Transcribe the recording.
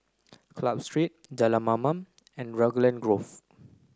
Club Street Jalan Mamam and Raglan Grove